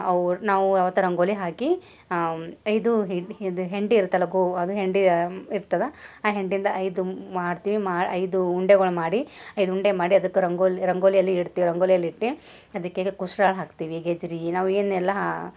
ಅವ್ರು ನಾವು ಅವತ್ತು ರಂಗೋಲಿ ಹಾಕಿ ಇದು ಇದು ಹೆಂಡಿ ಇರತ್ತಲ ಗೋ ಅದು ಹೆಂಡಿ ಇರ್ತದೆ ಆ ಹೆಂಡಿದು ಇದು ಮಾಡ್ತೀವಿ ಮಾಡಿ ಐದು ಉಂಡೆಗಳು ಮಾಡಿ ಐದು ಉಂಡೆ ಮಾಡಿ ಅದಕ್ಕೆ ರಂಗೋಲಿ ರಂಗೋಲಿಯಲ್ಲಿ ಇಡ್ತೀವಿ ರಂಗೋಲಿಯಲ್ಲಿ ಇಟ್ಟು ಅದಕ್ಕೆ ಈಗ ಹಾಕ್ತೀವಿ ಗಜ್ರಿ ನಾವು ಏನೆಲ್ಲ